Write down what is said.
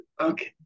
okay